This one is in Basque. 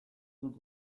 dut